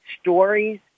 stories